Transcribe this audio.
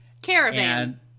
Caravan